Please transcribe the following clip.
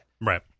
Right